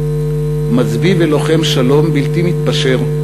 מצביא ולוחם שלום בלתי מתפשר,